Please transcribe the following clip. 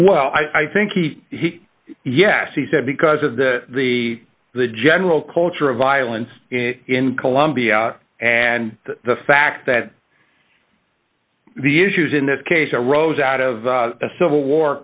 well i think he he yes he said because of the the the general culture of violence in colombia and the fact that the issues in this case arose out of a civil war